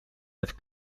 met